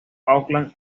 auckland